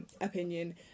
opinion